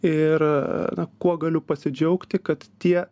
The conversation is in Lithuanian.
ir na kuo galiu pasidžiaugti kad tie